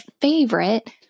favorite